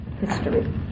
history